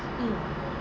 mm